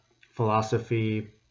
philosophy